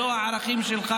אלה לא הערכים שלך,